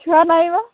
ଛୁଆ ନାଇବ